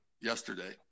yesterday